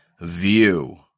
view